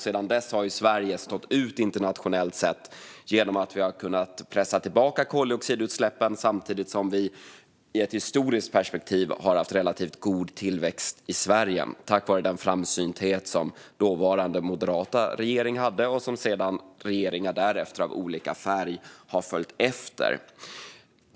Sedan dess har Sverige stått ut internationellt sett genom att vi har kunnat pressa tillbaka koldioxidutsläppen samtidigt som vi i ett historiskt perspektiv har haft relativt god tillväxt i Sverige, tack vare den framsynthet som dåvarande moderata regering hade och som sedan regeringar av olika färg har följt efter.